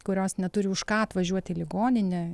kurios neturi už ką atvažiuot į ligoninę